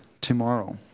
tomorrow